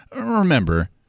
Remember